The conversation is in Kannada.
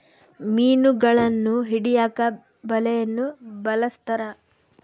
ಮೀನುಗಳನ್ನು ಹಿಡಿಯಕ ಬಲೆಯನ್ನು ಬಲಸ್ಥರ